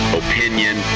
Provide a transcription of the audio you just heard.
opinion